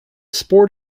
sport